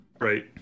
right